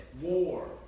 war